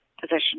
position